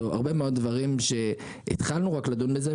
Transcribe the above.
יש הרבה מאוד דברים שרק התחלנו לדון בהם,